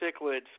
Cichlids